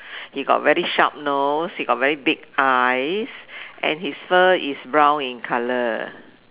he got very sharp nose he got very big eyes and his fur is brown in colour